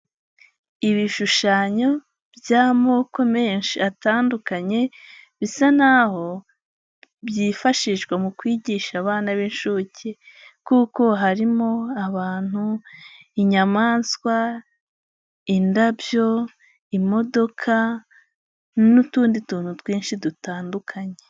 Ibishushanyo by'amoko menshi atandukanye bisa n'aho byifashishwa mu kwigisha abana b'inshucye kuko harimo abantu, inyamaswa, indabyo, imodoka n'utundi tuntu twinshi dutandukanye.